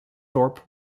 thorpe